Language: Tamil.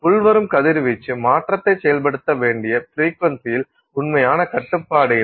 உள்வரும் கதிர்வீச்சு மாற்றத்தை செயல்படுத்த வேண்டிய ஃப்ரீக்வென்சியில் உண்மையான கட்டுப்பாடு இல்லை